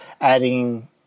adding